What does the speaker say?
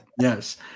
Yes